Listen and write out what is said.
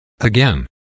Again